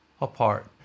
apart